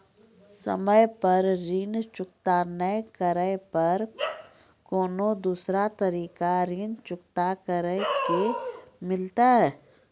समय पर ऋण चुकता नै करे पर कोनो दूसरा तरीका ऋण चुकता करे के मिलतै?